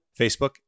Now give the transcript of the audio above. Facebook